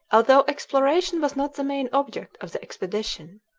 although exploration was not the main object of the expedition.